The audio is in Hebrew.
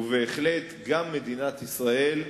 ובהחלט גם מדינת ישראל,